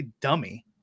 dummy